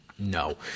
No